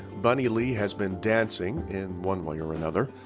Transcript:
bunny lee has been dancing, in one way or another,